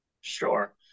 Sure